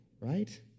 right